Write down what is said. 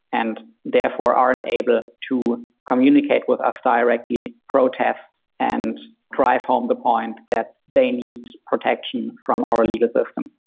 and therefore aren't able to communicate with us directly, protest and drive home the point that they need protection from our legal system.